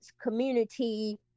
community